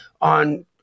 on